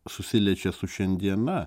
susiliečia su šiandiena